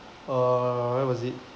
uh where was it